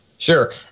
Sure